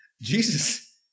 Jesus